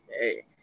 hey